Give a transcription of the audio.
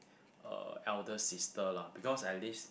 uh elder sister lah because at least